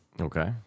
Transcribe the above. Okay